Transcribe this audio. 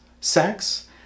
Sex